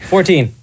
Fourteen